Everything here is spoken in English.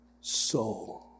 soul